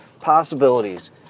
possibilities